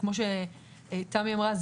שכמו שתמי אמרה,